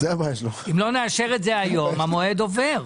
אם לא נאשר את זה היום, המועד עובר.